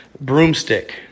broomstick